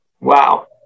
wow